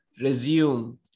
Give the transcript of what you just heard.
resume